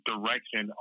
direction